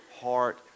heart